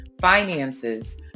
finances